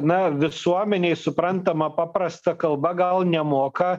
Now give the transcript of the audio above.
na visuomenei suprantama paprasta kalba gal nemoka